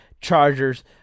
Chargers